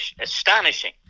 astonishing